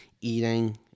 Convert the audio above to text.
eating